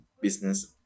business